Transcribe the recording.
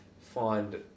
find